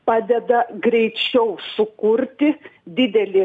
padeda greičiau sukurti didelį